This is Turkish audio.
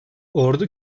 ordu